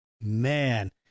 man